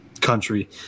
country